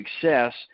success